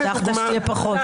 הבטחת שתהיה פחות.